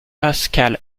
pascal